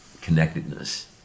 connectedness